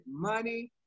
money